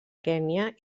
kenya